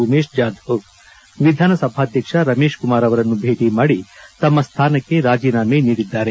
ಉಮೇಶ್ ಜಾಧವ್ ವಿಧಾನಸಭಾಧ್ವಕ್ಷ ರಮೇಶ್ಕುಮಾರ್ ಅವರನ್ನು ಭೇಟ ಮಾಡಿ ತಮ್ಮ ಸ್ಥಾನಕ್ಕೆ ರಾಜೀನಾಮೆ ನೀಡಿದ್ದಾರೆ